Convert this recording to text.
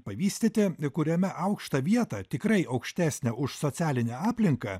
pavystyti kuriame aukštą vietą tikrai aukštesnę už socialinę aplinką